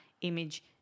image